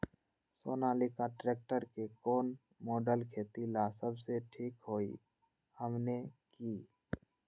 Sonalika tractor के कौन model खेती ला सबसे ठीक होई हमने की?